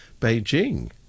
Beijing